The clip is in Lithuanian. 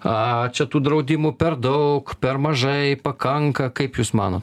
a čia tų draudimų per daug per mažai pakanka kaip jūs manot